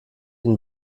ihn